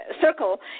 circle